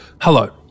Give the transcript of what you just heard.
Hello